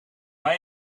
mij